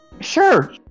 sure